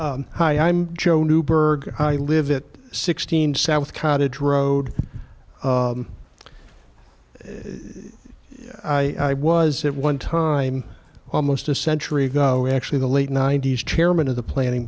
joe hi i'm joe newburgh i live it sixteen south cottage road i was at one time almost a century ago actually the late ninety's chairman of the planning